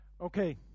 Okay